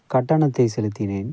கட்டணத்தைச் செலுத்தினேன்